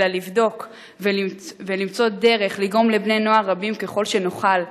אלא לבדוק ולמצוא דרך לגרום לבני-נוער רבים ככל שנוכל להתנדב,